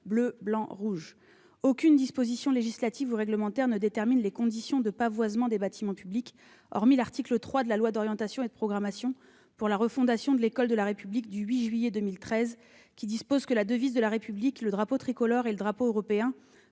bleu, blanc, rouge ». Aucune disposition législative ou réglementaire ne détermine les conditions de pavoisement des bâtiments publics, hormis l'article 3 de la loi n° 2013-595 du 8 juillet 2013 d'orientation et de programmation pour la refondation de l'école de la République, qui dispose que « la devise de la République, le drapeau tricolore et le drapeau européen